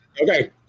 Okay